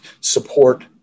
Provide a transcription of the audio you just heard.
support